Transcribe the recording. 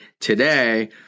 today